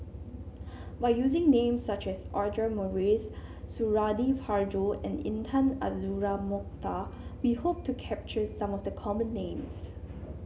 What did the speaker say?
by using names such as Audra Morrice Suradi Parjo and Intan Azura Mokhtar we hope to capture some of the common names